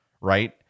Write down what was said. Right